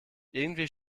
irgendwie